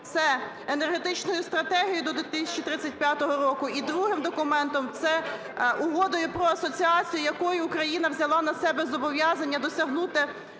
це енергетичною стратегією до 2035 року, і другим документом – це Угодою про асоціацію, якою Україна взяла на себе зобов'язання досягнути